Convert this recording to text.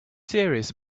serious